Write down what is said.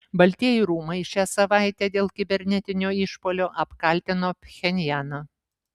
baltieji rūmai šią savaitę dėl kibernetinio išpuolio apkaltino pchenjaną